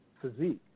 physique